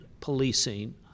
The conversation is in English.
policing